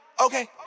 Okay